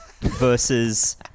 Versus